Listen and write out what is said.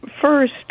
First